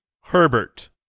Herbert